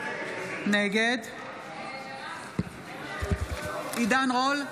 נגד עידן רול,